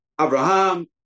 Abraham